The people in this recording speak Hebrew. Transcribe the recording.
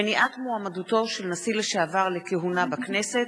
מניעת מועמדותו של נשיא לשעבר לכהונה בכנסת),